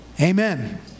Amen